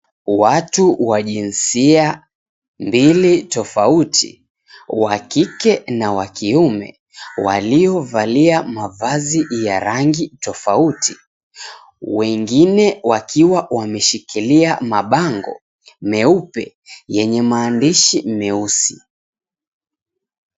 Watu wa jinsia mbili tofauti, wa kike na wa kiume, waliovalia mavazi ya rangi tofauti. Wengine wakiwa wameshikilia mabango meupe, yenye maandishi meusi.